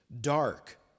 dark